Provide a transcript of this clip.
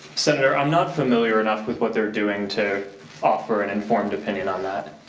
senator, i'm not familiar enough with what they're doing to offer an informed opinion on that.